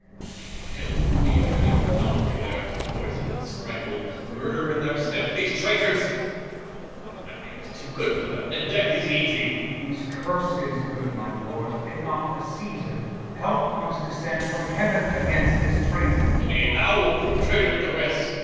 and hell for me if any power be there, to poison, strangle, murder in their steps these traitors that name is too good for them, and death is easy! these curses, good my lord, fit not the season help must descend from heaven against this treason. nay, thou wilt prove a traitor with the rest,